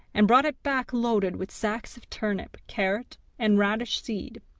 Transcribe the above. and brought it back loaded with sacks of turnip, carrot, and radish seed.